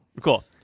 cool